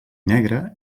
negre